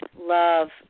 love